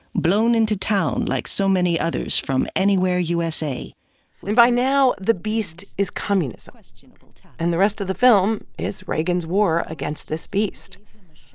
blown into town like so many others from anywhere, usa and by now the beast is communism, you know and the rest of the film is reagan's war against this beast.